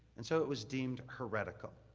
and so, it was deemed heretical.